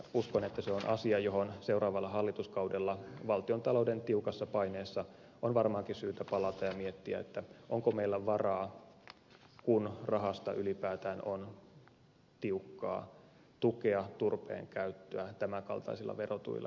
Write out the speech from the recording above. uskon että se on asia johon seuraavalla hallituskaudella valtiontalouden tiukassa paineessa on varmaankin syytä palata ja miettiä onko meillä varaa kun rahasta ylipäätään on tiukkaa tukea turpeen käyttöä tämän kaltaisilla verotuilla enää tulevaisuudessa